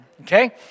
Okay